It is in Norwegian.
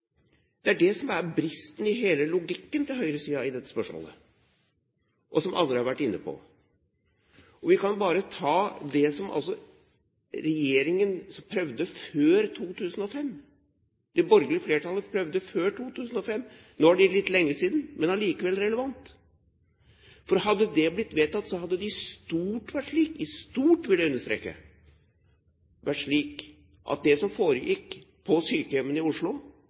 Det er det som er bristen i hele logikken til høyresiden i dette spørsmålet, som andre også har vært inne på. Vi kan bare ta det som det borgerlige flertallet prøvde før 2005; nå er det litt lenge siden, men det er allikevel relevant. Hadde det blitt vedtatt, hadde det i stort – jeg understreker i stort – vært slik at det som foregikk på sykehjemmene i Oslo